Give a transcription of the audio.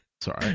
sorry